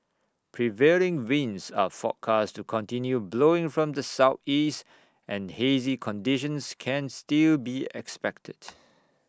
prevailing winds are forecast to continue blowing from the Southeast and hazy conditions can still be expected